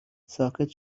ساکت